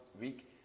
week